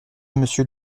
monsieur